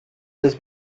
this